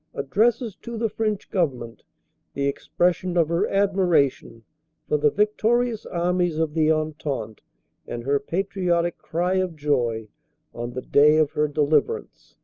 addresses to the french government the expression of her admiration for the victorious armies of the entente and her patriotic cry of joy on the day of her deliverance.